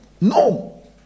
No